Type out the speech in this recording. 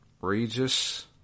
Regis